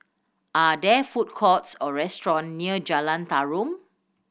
are there food courts or restaurant near Jalan Tarum